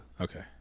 Okay